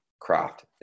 craft